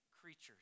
creatures